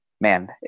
man